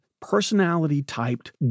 personality-typed